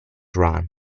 run